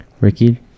Ricky